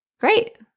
great